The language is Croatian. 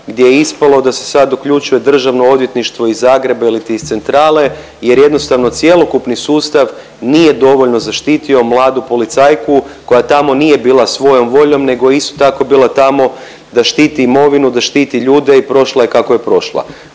gdje je ispalo da se sad uključuje državno odvjetništvo i Zagreb iliti iz centrale jer jednostavno cjelokupni sustav nije dovoljno zaštitio mladu policajku koja tamo nije bila svojom voljom nego je isto tako bila tamo da štiti imovinu, da štiti ljude i prošla je kako je prošla?